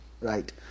right